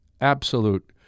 absolute